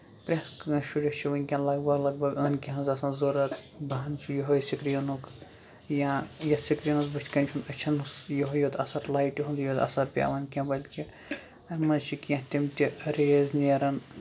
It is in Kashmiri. پرٮ۪تھ کٲنسہِ شُرِس چھِ وٕنکین لگ بگ لگ بگ عٲنکہِ ہِنز آسان ضروٗرت بَہانہٕ چھُ یِہوے سِکریٖنُک یا سِکریٖنَس بٔتھۍ کَن چھُ یِہوے أچھن منٛز یہوے یوت اثر لایِٹہِ ہُند یِہوے اَثر پیوان کہِ اَمہِ منٛز چھِ کیٚنٛہہ تِم تہِ ریز نیران